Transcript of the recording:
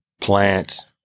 plants